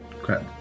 crap